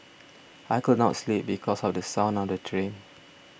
I could not sleep because of the sound of the train